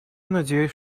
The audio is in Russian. надеюсь